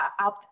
-out